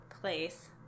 place